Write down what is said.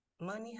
money